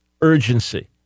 urgency